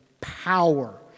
power